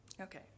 okay